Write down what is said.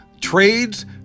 trades